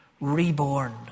Reborn